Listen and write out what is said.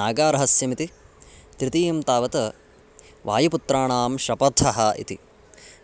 नागारहस्यमिति तृतीयं तावत् वायुपुत्राणां शपथः इति